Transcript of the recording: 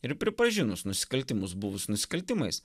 ir pripažinus nusikaltimus buvus nusikaltimais